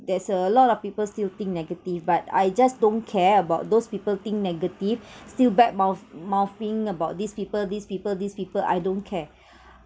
there's a lot of people still think negative but I just don't care about those people think negative still bad mouth mouthing about these people these people these people I don't care